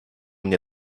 mnie